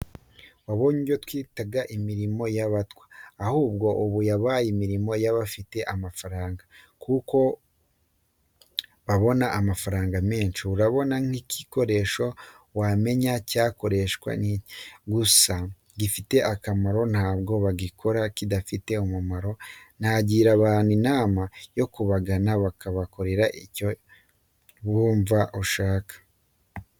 Wabonye ibyo twitaga imirimo y'abatwa, ahubwo ubu yabaye imirimo y'abafite agafaranga kuko babona amafaranga menshi. Urabona nk'iki gikoresho wamenya cyarakorewe iki? Gusa gifite akamaro ntabwo bagikora kidafite umumaro nagira abantu inama yo kubagana bakagukorera icyo wumva ushaka.